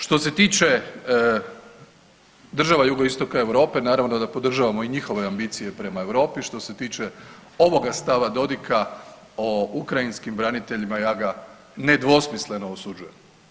Što se tiče država Jugoistoka Europe naravno da podržavamo i njihove ambicije prema Europi, što se tiče ovoga stava Dodika o ukrajinskim braniteljima, ja ga ne dvosmisleno osuđujem.